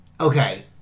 Okay